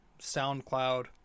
SoundCloud